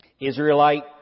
Israelite